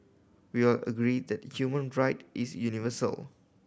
we all agree that human right is universal